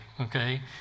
okay